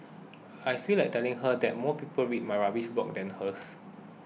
I feel like telling her that more people read my rubbish blog than hers